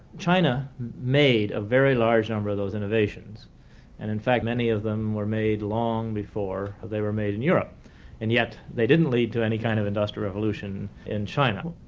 china made a very large number of those innovations-and and in fact many of them were made long before they were made in europe-and and yet they didn't lead to any kind of industrial revolution in china.